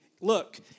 look